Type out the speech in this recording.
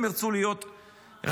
הם ירצו להיות רמטכ"ל,